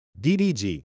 DDG